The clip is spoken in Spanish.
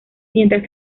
mientras